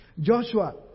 Joshua